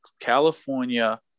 California